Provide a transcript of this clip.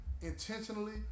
intentionally